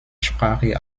sprache